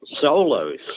solos